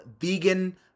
vegan